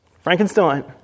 Frankenstein